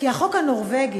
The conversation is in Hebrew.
כי החוק הנורבגי,